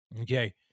Okay